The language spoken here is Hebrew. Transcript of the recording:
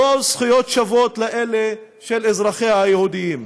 ללא זכויות שוות לאלה של אזרחיה היהודים.